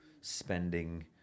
spending